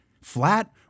flat